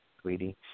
sweetie